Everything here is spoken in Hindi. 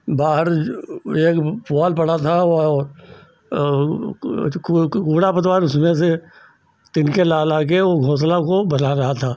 दाल एक पुवाल पड़ा था वह कूड़ा पतवार उसमें से तिनके ला ला कर वह घोंसला को बना रहा था